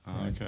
okay